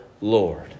Lord